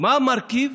מה המרכיב,